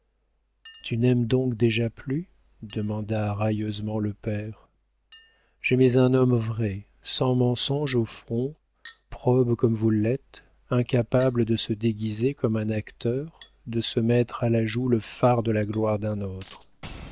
tu n'aimes donc déjà plus demanda railleusement le père j'aimais un homme vrai sans mensonge au front probe comme vous l'êtes incapable de se déguiser comme un acteur de se mettre à la joue le fard de la gloire d'un autre